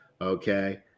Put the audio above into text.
okay